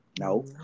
No